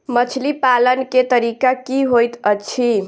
मछली पालन केँ तरीका की होइत अछि?